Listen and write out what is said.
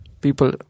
people